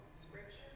Scripture